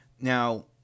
Now